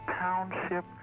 township